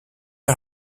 are